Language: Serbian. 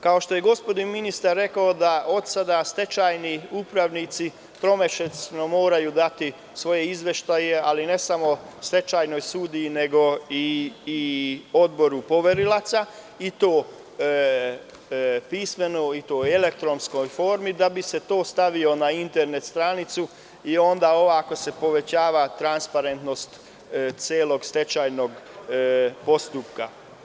Kao što je gospodin ministar rekao da od sada stečajni upravnici tromesečno moraju dati svoje izveštaje, ali ne samo stečajnom sudiji, nego i Odboru poverilaca i to pismeno, u elektronskoj formi, da bi se to stavilo na internet stranicu i onda ova ako se povećava transparentnost celog stečajnog postupka.